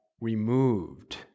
removed